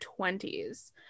20s